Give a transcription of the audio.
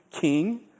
king